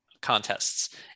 contests